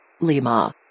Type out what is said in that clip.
lima